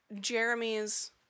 Jeremy's